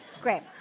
Great